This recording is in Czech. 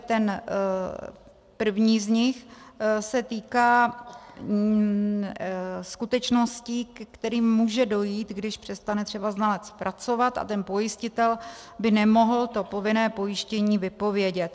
Ten první z nich se týká skutečností, ke kterým může dojít, když přestane třeba znalec pracovat a ten pojistitel by nemohl to povinné pojištění vypovědět.